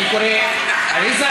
אני קורא עליזה,